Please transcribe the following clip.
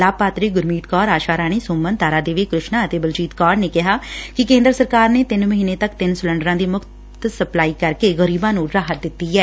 ਲਾਭਪਾਤਰੀ ਗੁਰਮੀਤ ਕੌਰ ਆਸ਼ਾ ਰਾਣੀ ਸੁਮਨ ਤਾਰਾ ਦੇਵੀ ਕ੍ਰਿਸ਼ਨਾ ਅਤੇ ਬਲਜੀਤ ਕੌਰ ਨੇ ਕਿਹਾ ਕਿ ਕੇਂਦਰ ਸਰਕਾਰ ਦੇ ਤਿੰਨ ਮਹੀਨੇ ਤੱਕ ਤਿੰਨ ਸਿਲੰਡਰਾਂ ਦੀ ਮੁਫ਼ਤ ਸਪਲਾਈ ਕਰਕੇ ਗਰੀਬਾਂ ਨੂੰ ਰਾਹਤ ਦਿੱਤੀ ਐ